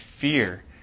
fear